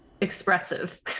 expressive